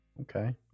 Okay